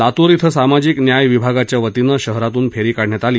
लातूर इथं सामाजिक न्याय विभागाच्या वतीनं शहरातून फेरी काढण्यात आली